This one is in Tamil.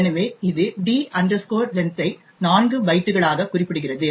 எனவே இது d length ஐ 4 பைட்டுகளாகக் குறிப்பிடுகிறது